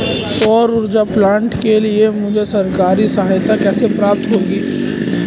सौर ऊर्जा प्लांट के लिए मुझे सरकारी सहायता कैसे प्राप्त होगी?